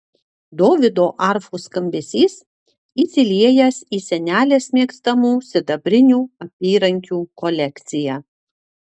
dovydo arfų skambesys įsiliejęs į senelės mėgstamų sidabrinių apyrankių kolekciją